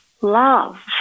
love